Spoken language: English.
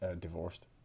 divorced